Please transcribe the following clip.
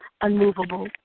unmovable